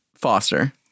Foster